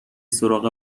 سراغ